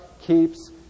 keeps